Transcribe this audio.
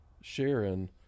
Sharon